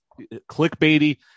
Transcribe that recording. clickbaity